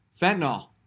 Fentanyl